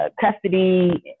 custody